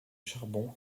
charbon